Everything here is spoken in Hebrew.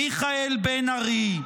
מיכאל בן ארי.